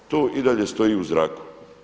To i dalje stoji u zraku.